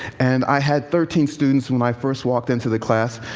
and i had thirteen students when i first walked into the class.